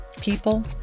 People